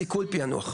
סיכון ופיענוח.